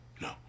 no